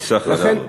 מסך כל החובות.